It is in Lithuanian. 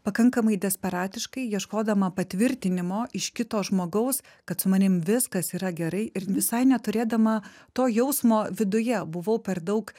pakankamai desperatiškai ieškodama patvirtinimo iš kito žmogaus kad su manim viskas yra gerai ir visai neturėdama to jausmo viduje buvau per daug